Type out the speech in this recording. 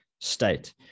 state